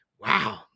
wow